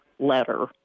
letter